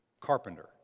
carpenter